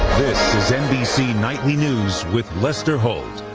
this is nbc nightly news with lester holt.